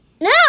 No